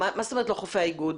מה זאת אומרת לא חופי האיגוד?